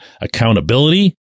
accountability